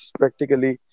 practically